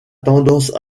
tendance